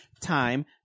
time